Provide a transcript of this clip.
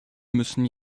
müssen